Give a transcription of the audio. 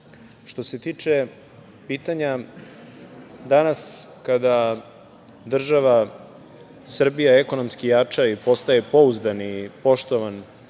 se tiče pitanja, danas kada država Srbija ekonomski jača i postaje pouzdan i poštovan